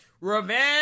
Revenge